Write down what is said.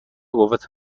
قوت